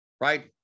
right